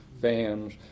fans